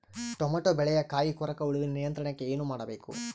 Tomato ಬೆಳೆಯ ಕಾಯಿ ಕೊರಕ ಹುಳುವಿನ ನಿಯಂತ್ರಣಕ್ಕೆ ಏನು ಮಾಡಬೇಕು?